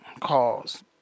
calls